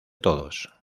todos